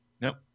Nope